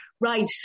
right